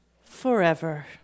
forever